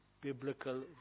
biblical